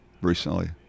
recently